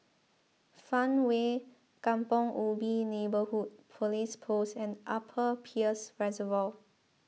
Farmway Kampong Ubi Neighbourhood Police Post and Upper Peirce Reservoir